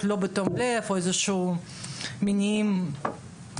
לא בתום לב או מאיזה שהם מניעים זרים.